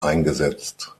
eingesetzt